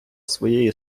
своєї